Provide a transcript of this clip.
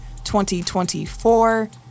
2024